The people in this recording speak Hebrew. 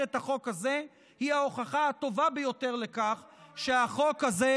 את החוק הזה היא ההוכחה הטובה ביותר לכך שהחוק הזה,